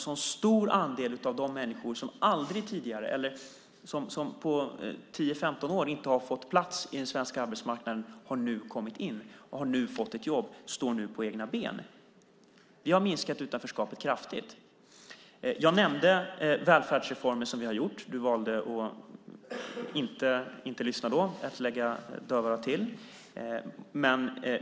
En stor andel av de människor som på 10-15 år inte har fått plats på den svenska arbetsmarknaden har nu fått ett jobb och står på egna ben. Vi har minskat utanförskapet kraftigt. Jag nämnde välfärdsreformen som vi har genomfört. Marie Engström valde att inte lyssna då utan slog dövörat till.